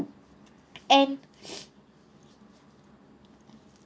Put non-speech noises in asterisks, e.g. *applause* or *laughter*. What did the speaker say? and *breath*